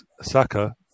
Saka